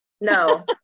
No